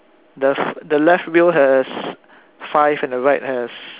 the the left wheel has five and the right has